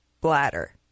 bladder